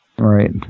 Right